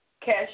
Cash